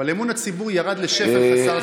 אבל אמון הציבור ירד לשפל חסר,